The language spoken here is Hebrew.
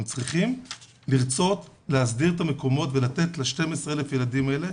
הם צריכים לרצות להסדיר את המקומות ולתת ל-12 אלף ילדים האלה,